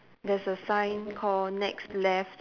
there's a sign called next left